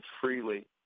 freely